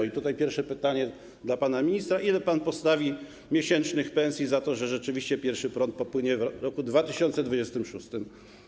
I tutaj pierwsze pytanie do pana ministra: Ile pan postawi miesięcznych pensji na to, że rzeczywiście pierwszy prąd popłynie w roku 2026?